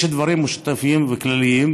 יש דברים משותפים וכלליים,